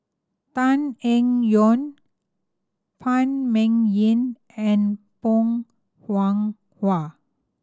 Tan Eng Yoon Phan Ming Yen and Bong Hiong Hwa